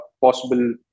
possible